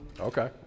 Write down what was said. Okay